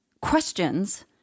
questions